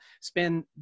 spend